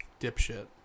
dipshit